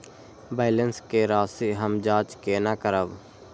Balance के राशि हम जाँच केना करब?